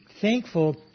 thankful